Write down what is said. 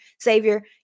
Savior